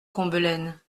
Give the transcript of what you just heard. combelaine